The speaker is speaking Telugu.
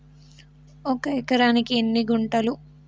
ఒక ఎకరానికి ఎన్ని గుంటలు?